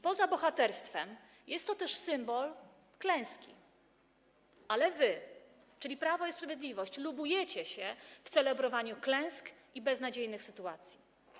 Poza bohaterstwem jest to też symbol klęski, ale wy, czyli Prawo i Sprawiedliwość, lubujecie się w celebrowaniu klęsk i beznadziejnych sytuacji.